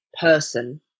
person